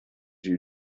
you